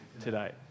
today